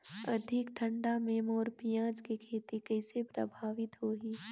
अधिक ठंडा मे मोर पियाज के खेती कइसे प्रभावित होही?